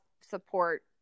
support